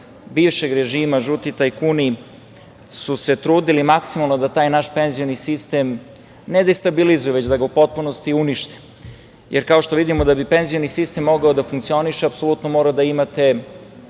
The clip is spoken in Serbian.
bivšeg režima, žuti tajkuni, su se trudili maksimalno da taj naš penzioni sistem ne destabilizuju, već da ga u potpunosti unište. Jer, kao što vidimo, da bi penzioni sistem mogao da funkcioniše, apsolutno morate da imate